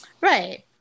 Right